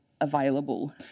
available